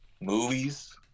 movies